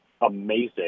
amazing